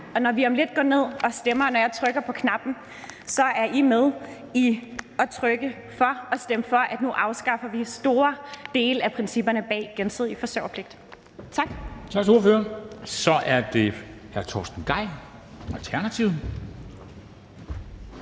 Og når vi om lidt går ned og stemmer og jeg trykker på knappen, er I med i at trykke for at stemme for, at vi nu afskaffer store dele af principperne bag den gensidige forsørgerpligt. Tak.